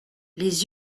les